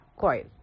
coil